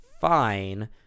fine